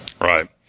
Right